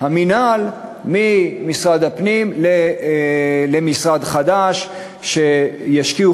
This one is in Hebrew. המינהל ממשרד הפנים למשרד חדש ובהשקעת